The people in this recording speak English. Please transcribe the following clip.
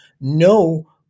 no